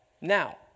Now